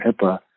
HIPAA